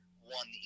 one